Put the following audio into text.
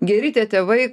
geri tie tėvai